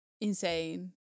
insane